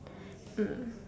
mm